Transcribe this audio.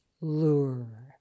lure